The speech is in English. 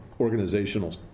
organizational